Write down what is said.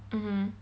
mmhmm